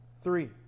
three